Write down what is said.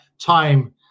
time